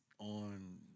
on